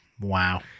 wow